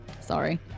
Sorry